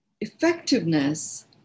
Effectiveness